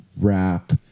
rap